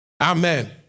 Amen